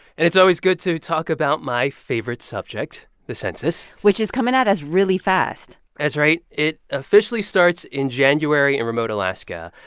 and it's always good to talk about my favorite subject, the census which is coming at us really fast that's right. it officially starts in january in remote alaska.